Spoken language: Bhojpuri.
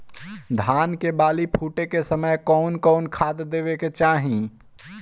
धान के बाली फुटे के समय कउन कउन खाद देवे के चाही?